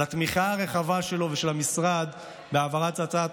על התמיכה הרחבה שלו ושל המשרד בהעברת הצעת